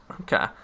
okay